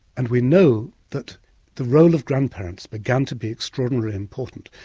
and we know that the role of grandparents began to be extraordinarily important.